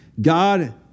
God